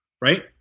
right